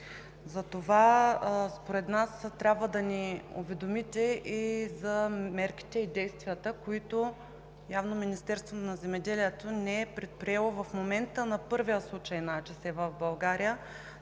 Затова според нас трябва да ни уведомите за мерките и действията, които явно Министерството на земеделието не е предприело в момента на първия случай на АЧС в България.